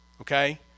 Okay